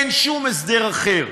אין שום הסדר אחר.